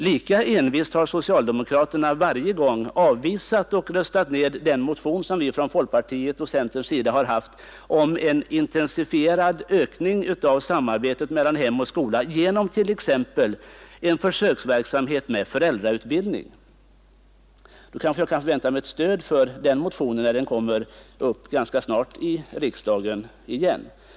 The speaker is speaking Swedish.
Lika envist har socialdemokraterna varje gång avvisat och röstat ned den motion som vi från folkpartiets och centerns sida har haft om en intensifierad ökning av samarbetet mellan hem och skola genom t.ex. försöksverksamhet med föräldrautbildning. Nu kanske jag kan få vänta mig ett stöd för den motionen, när den ganska snart kommer upp i riksdagen igen.